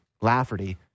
Lafferty